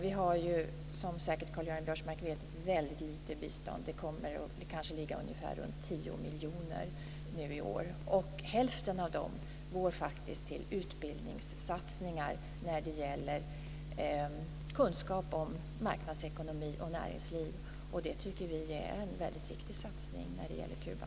Vi ger, som Karl-Göran Biörsmark säkert vet, väldigt lite bistånd - det kommer kanske att ligga runt 10 miljoner i år. Hälften av det går till utbildningssatsningar när det gäller kunskap om marknadsekonomi och näringsliv, och det tycker vi är en viktig satsning när det gäller Kuba.